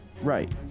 right